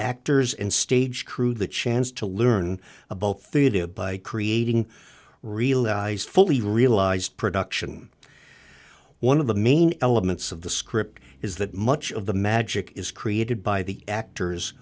actors and stage crew the chance to learn about fitted by creating realized fully realized production one of the main elements of the script is that much of the magic is created by the actors